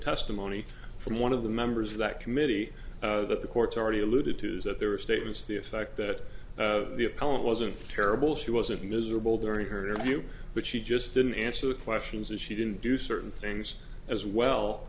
testimony from one of the members of that committee that the court's already alluded to is that there were statements the effect that the appellant wasn't terrible she wasn't miserable during her interview but she just didn't answer the questions and she didn't do certain things as well